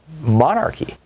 monarchy